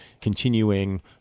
continuing